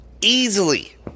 Easily